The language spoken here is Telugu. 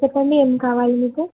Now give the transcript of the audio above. చెప్పండి ఏం కావాలి మీకు